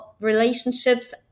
relationships